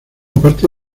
parte